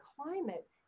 climate